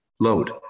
load